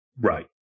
Right